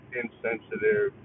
insensitive